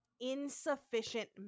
insufficient